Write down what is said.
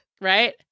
Right